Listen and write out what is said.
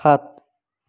সাত